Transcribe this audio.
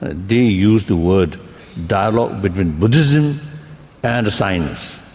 ah they used the word dialogue between buddhism and science.